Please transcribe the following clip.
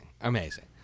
amazing